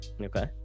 okay